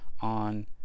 on